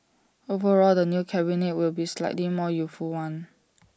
overall the new cabinet will be A slightly more youthful one